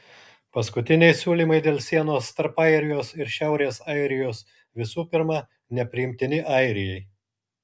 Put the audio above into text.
paskutiniai siūlymai dėl sienos tarp airijos ir šiaurės airijos visų pirma nepriimtini airijai